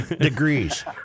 degrees